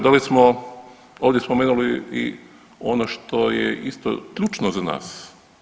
Da li smo ovdje spomenuli i ono što je isto ključno za nas?